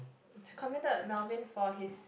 commended Melvin for his